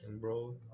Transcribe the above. bro